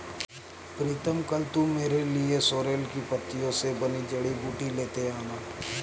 प्रीतम कल तू मेरे लिए सोरेल की पत्तियों से बनी जड़ी बूटी लेते आना